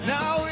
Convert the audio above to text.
Now